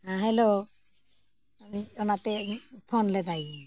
ᱦᱮᱸ ᱦᱮᱞᱳ ᱚᱱᱟᱛᱮ ᱤᱧ ᱯᱷᱳᱱ ᱞᱮᱫᱟᱭᱤᱧ